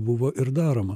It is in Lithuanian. buvo ir daroma